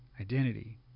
identity